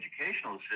educational